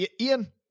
Ian